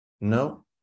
No